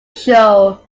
show